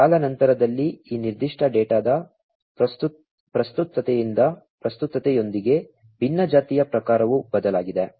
ಕಾಲಾನಂತರದಲ್ಲಿ ಈ ನಿರ್ದಿಷ್ಟ ಡೇಟಾದ ಪ್ರಸ್ತುತತೆಯೊಂದಿಗೆ ಭಿನ್ನಜಾತಿಯ ಪ್ರಕಾರವೂ ಬದಲಾಗಲಿದೆ